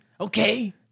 Okay